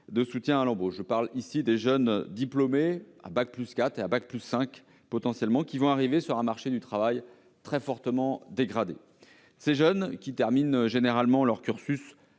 de soutien à l'embauche, à savoir les jeunes diplômés à bac+4 et à bac+5 qui vont arriver sur un marché du travail très fortement dégradé. Ces jeunes, qui terminent généralement leur cursus